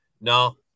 no